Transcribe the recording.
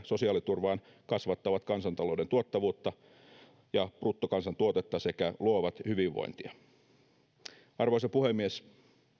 sosiaaliturvaan kasvattavat kansantalouden tuottavuutta ja bruttokansantuotetta sekä luovat hyvinvointia arvoisa puhemies